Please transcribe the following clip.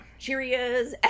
Cheerios